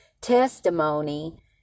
testimony